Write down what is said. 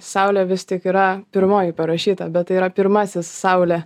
saulė vis tik yra pirmoji parašyta bet tai yra pirmasis saulė